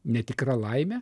netikra laime